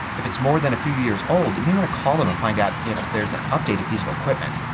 if it's more than a few years old you may want to call them and find out if there's an updated piece of equipment.